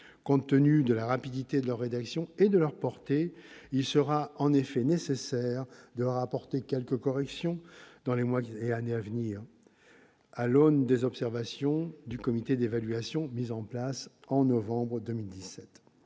Compte tenu de la rapidité de leur rédaction et de leur portée, il sera en effet nécessaire de leur apporter quelques corrections dans les mois et années à venir, à l'aune des observations du comité d'évaluation mis en place en novembre 2017.